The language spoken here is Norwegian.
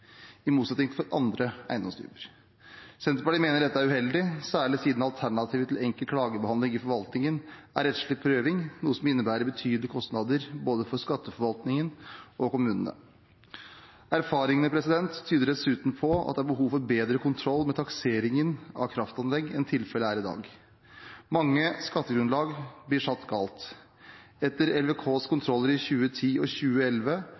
i motsetning til ved andre eiendomstyper. Senterpartiet mener dette er uheldig, særlig siden alternativet til klagebehandling i forvaltningen er rettslig prøving, noe som innebærer betydelige kostnader både for skatteforvaltningen og for kommunene. Erfaringene tyder dessuten på at det er behov for bedre kontroll med takseringen av kraftanlegg enn tilfellet er i dag. Mange skattegrunnlag blir satt galt. Etter LVKs kontroller i 2010 og 2011